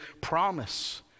promise